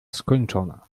skończona